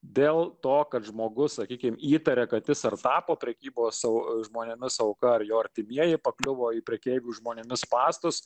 dėl to kad žmogus sakykime įtaria kad jis ar tapo prekybos savo žmonėmis auka ar jo artimieji pakliuvo į prekeivių žmonėmis spąstus